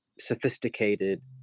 sophisticated